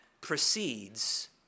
proceeds